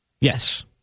Yes